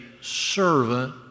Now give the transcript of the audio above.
servant